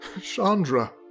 Chandra